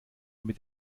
mit